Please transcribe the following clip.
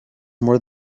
more